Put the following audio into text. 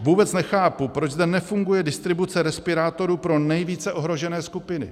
Vůbec nechápu, proč zde nefunguje distribuce respirátorů pro nejvíce ohrožené skupiny.